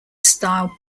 style